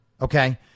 okay